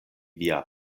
via